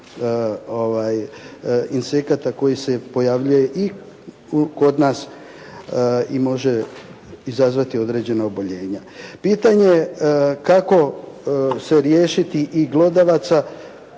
insekata koji se pojavljuje i kod nas i može izazvati određena oboljenja. Pitanje kako se riješiti i glodavaca?